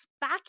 back